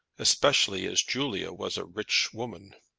especially as julia was a rich woman.